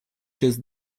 just